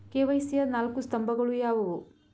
KYC ಯ ನಾಲ್ಕು ಸ್ತಂಭಗಳು ಯಾವುವು?